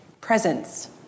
presence